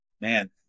man